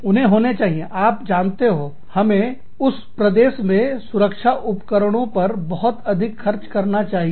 उन्हें होने चाहिए आप जानते हो हमें उस प्रदेश में सुरक्षा उपकरणों पर बहुत अधिक खर्च करना चाहिए